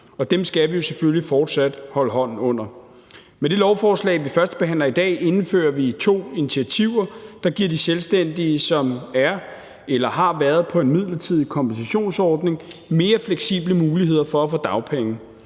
selvfølgelig fortsat holde hånden under. Med det lovforslag, vi førstebehandler i dag, indfører vi to initiativer, der giver de selvstændige, som er eller har været på en midlertidig kompensationsordning, mere fleksible muligheder for at få dagpenge.